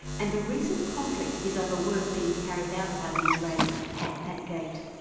and the recent conflict is over work being carried out by the israelis at that gate.